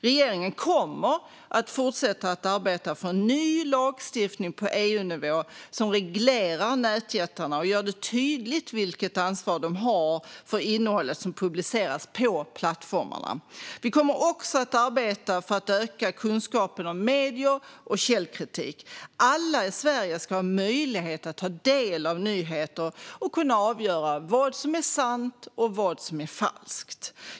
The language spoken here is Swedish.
Regeringen kommer att fortsätta arbeta för ny lagstiftning på EU-nivå, som reglerar nätjättarna och gör det tydligt vilket ansvar de har för innehållet som publiceras på plattformarna. Vi kommer också att arbeta för att öka kunskapen om medier och källkritik. Alla i Sverige ska ha möjlighet att ta del av nyheter och kunna avgöra vad som är sant och vad som är falskt.